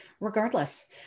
regardless